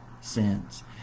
sins